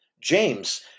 James